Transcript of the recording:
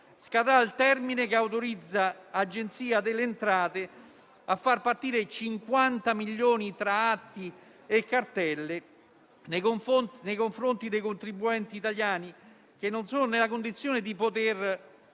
scadrà il termine che autorizza l'Agenzia delle entrate a far partire 50 milioni tra atti e cartelle nei confronti dei contribuenti italiani, che non sono nella condizione di poterli